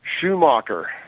Schumacher